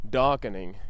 darkening